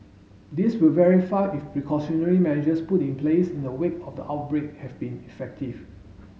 this will verify if precautionary measures put in place in the wake of the outbreak have been effective